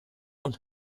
und